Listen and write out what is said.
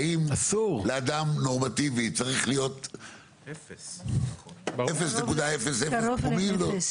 האם לאדם נורמטיבי צריך להיות 0.00 פרומיל?